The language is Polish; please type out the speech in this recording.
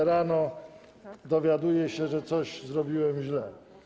że rano dowiaduję się, że coś zrobiłem źle.